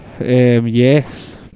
yes